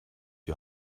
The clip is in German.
die